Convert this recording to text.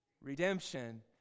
redemption